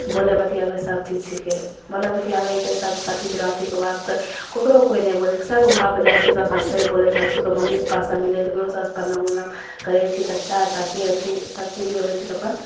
बोलै बतिआबै सबचीज छिकै बोलै बतिआबै हिकै सभ साथी सोराथीके बात तऽ ककरो कोइ नहि बोलै छै सभके घरपर जाइ छै सभ हँसै बोलै सब छै कोई मम्मी पप्पासे मिलै छै ओकरो सभके परनाम उरनाम करै छै चच्चा चाची आण्टी सब चीज जे होइ छै से अपन